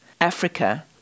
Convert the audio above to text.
Africa